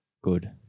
good